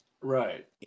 Right